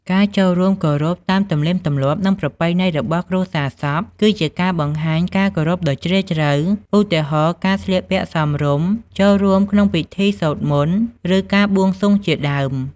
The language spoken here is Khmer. ការចូលរួមគោរពតាមទំនៀមទម្លាប់ និងប្រពៃណីរបស់គ្រួសារសព គឺជាការបង្ហាញការគោរពដ៏ជ្រាលជ្រៅ ឧទាហរណ៍ ការស្លៀកពាក់សមរម្យ ចូលរួមក្នុងពិធីសូត្រមន្ត ឬការបួងសួងជាដើម។